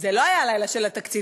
זה לא היה הלילה של התקציב,